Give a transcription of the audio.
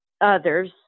others